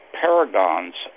paragons